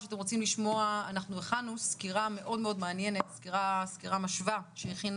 נציג סקירה משווה שהכין